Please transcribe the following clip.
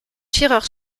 tireur